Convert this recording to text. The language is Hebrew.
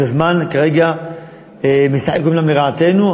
הזמן משחק אומנם לרעתנו,